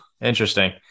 interesting